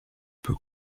peut